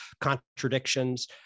contradictions